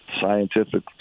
scientific